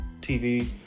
TV